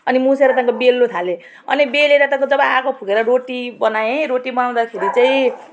अनि मुछेर त्यहाँदेखिको बेल्नु थालेँ अनि बेलेर तपाईँको जब आगो फुकेर रोटी बनाएँ रोटी बनाउँदाखेरि चाहिँ